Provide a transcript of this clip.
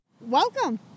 Welcome